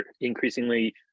increasingly